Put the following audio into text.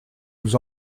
nous